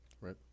Right